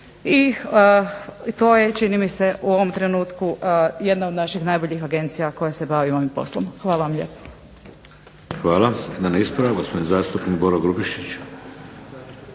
i to je čini mi se u ovom trenutku jedna od naših najboljih agencija koja se bavi ovim poslom. Hvala vam lijepo. **Šeks, Vladimir (HDZ)** Hvala. Jedan ispravak, gospodin zastupnik Boro Grubišić.